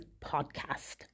podcast